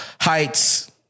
heights